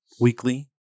weekly